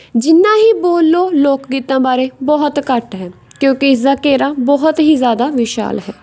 ਜਿੰਨਾ ਹੀ ਬੋਲੋ ਲੋਕ ਗੀਤਾਂ ਬਾਰੇ ਬਹੁਤ ਘੱਟ ਹੈ ਕਿਉਂਕਿ ਇਸ ਦਾ ਘੇਰਾ ਬਹੁਤ ਹੀ ਜ਼ਿਆਦਾ ਵਿਸ਼ਾਲ ਹੈ